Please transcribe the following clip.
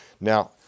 Now